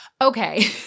Okay